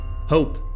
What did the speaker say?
Hope